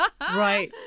Right